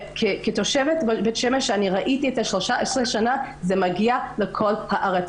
כתושבת בית שמש ראיתי במשך 13 שנים שזה מגיע לכל הארץ.